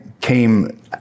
came